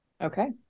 okay